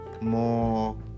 more